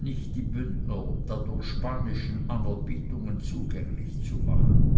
nicht die bündner dadurch spanischen anerbietungen zugänglich zu machen